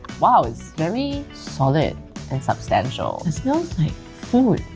wow, it's very solid and substantial. the smell is like food.